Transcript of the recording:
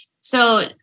So-